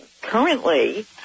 currently